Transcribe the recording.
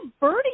birdie